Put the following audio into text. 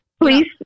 Please